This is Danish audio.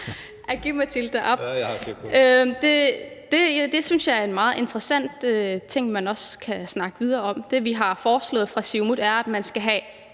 Det synes jeg er en meget interessant ting, man også kan snakke videre om. Det, vi har foreslået fra Siumuts side, er, at man skal have